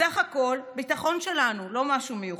בסך הכול הביטחון שלנו, לא משהו מיוחד.